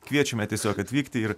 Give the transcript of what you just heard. kviečiame tiesiog atvykti ir